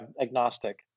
agnostic